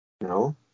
No